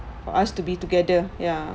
for us to be together ya